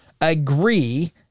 agree